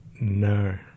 No